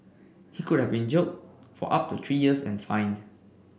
he could have been jailed for up to three years and fined